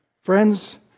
Friends